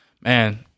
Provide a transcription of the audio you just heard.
Man